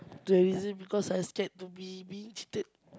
the reason because I scared to be being cheated